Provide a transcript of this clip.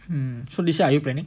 mm so this year are you planning